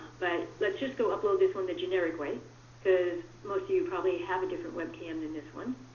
but let's just go upload this one the generic way because most of you probably have a different webcam than this one.